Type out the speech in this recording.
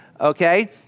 okay